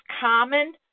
common